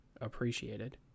appreciated